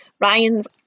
Ryan's